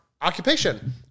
occupation